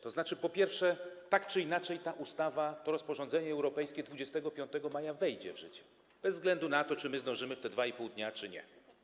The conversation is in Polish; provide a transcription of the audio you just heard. To znaczy, po pierwsze, tak czy inaczej ta ustawa, to rozporządzenie europejskie 25 maja wejdzie w życie bez względu na to, czy my zdążymy w te 2,5 dnia, czy nie.